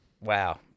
Wow